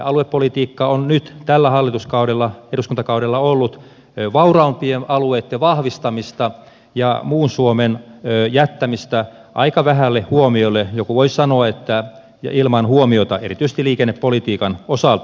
aluepolitiikka on nyt tällä hallituskaudella eduskuntakaudella ollut vauraampien alueitten vahvistamista ja muun suomen jättämistä aika vähälle huomiolle joku voisi sanoa että ilman huomiota erityisesti liikennepolitiikan osalta